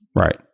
Right